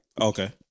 Okay